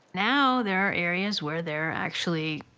now there are areas where they're actually,